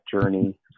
journey